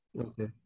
okay